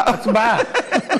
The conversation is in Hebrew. הצבעה.